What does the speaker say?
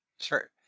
sure